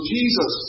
Jesus